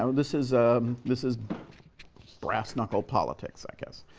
um this is this is brass-knuckle politics, i guess.